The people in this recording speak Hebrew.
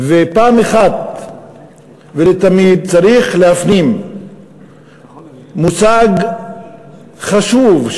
ואחת ולתמיד צריך להפנים מושג חשוב,